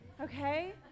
Okay